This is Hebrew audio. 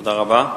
תודה רבה.